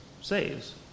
saves